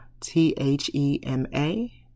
T-H-E-M-A